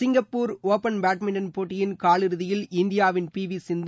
Singapore open badminton போட்டியின் காலிறுதியில் இந்தியாவின் பி வி சிந்து